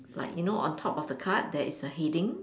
like you know on top of the card there is a heading